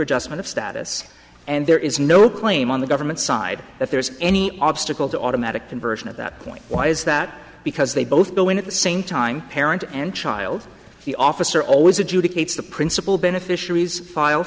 just out of status and there is no claim on the government side that there's any obstacle to automatic conversion at that point why is that because they both go in at the same time parent and child the officer always adjudicates the principal beneficiaries file